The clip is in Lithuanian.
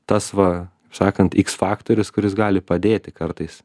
tas va sakant iks faktorius kuris gali padėti kartais